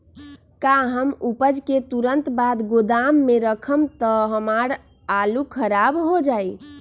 का हम उपज के तुरंत बाद गोदाम में रखम त हमार आलू खराब हो जाइ?